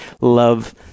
love